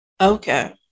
okay